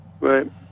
Right